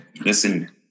listen